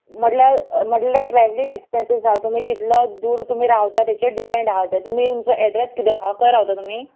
म्हटल्या म्हटल्यार travelling expenses आहा तुमी कितलो दूर तुमी रावता तेचेर डिपेंड आहा तें तुमी तुमचो एड्रेस किदें आहा खंय रावता तुमी